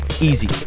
Easy